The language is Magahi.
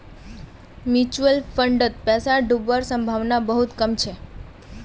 म्यूचुअल फंडत पैसा डूबवार संभावना बहुत कम छ